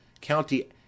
County